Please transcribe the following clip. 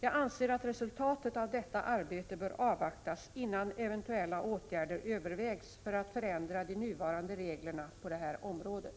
Jag anser att resultatet av detta arbete bör avvaktas, innan eventuella åtgärder övervägs för att förändra de nuvarande reglerna på det här området.